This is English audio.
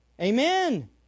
Amen